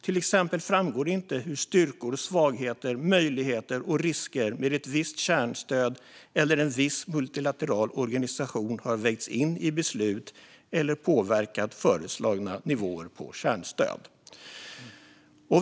Till exempel framgår det inte hur styrkor, svagheter, möjligheter och risker med ett visst kärnstöd eller en viss multilateral organisation har vägts in i beslut eller påverkat föreslagna nivåer på kärnstöd."